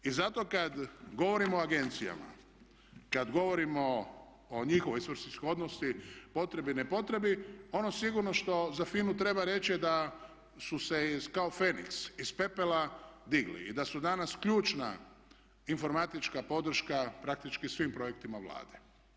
I zato kada govorimo o agencijama, kada govorimo o njihovoj svrsishodnosti potrebi, ne potrebi, ono sigurno što za FINA-u treba reći da su se kao feniks iz pepela digli i da su danas ključna informatička podrška praktički svim projektima Vlade.